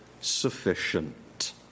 sufficient